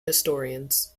historians